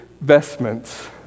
vestments